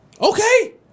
Okay